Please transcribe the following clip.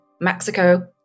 Mexico